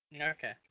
okay